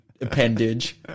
appendage